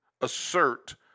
assert